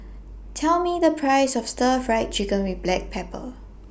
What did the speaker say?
Tell Me The Price of Stir Fried Chicken with Black Pepper